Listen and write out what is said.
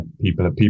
people